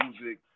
Music